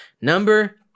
Number